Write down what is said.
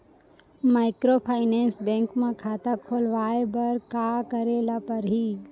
Microfinance bank म खाता खोलवाय बर का करे ल परही?